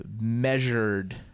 measured